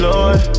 Lord